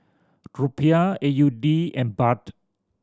Rupiah A U D and Baht